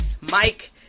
Mike